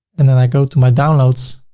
and then i go to my downloads